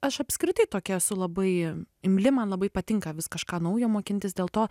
aš apskritai tokia esu labai imli man labai patinka vis kažką naujo mokintis dėl to